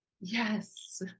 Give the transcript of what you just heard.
Yes